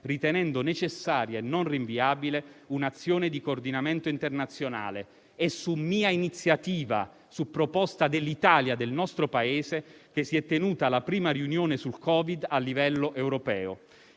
ritenendo necessaria e non rinviabile un'azione di coordinamento internazionale. È su mia iniziativa, su proposta dell'Italia, che si è tenuta la prima riunione sul Covid a livello europeo.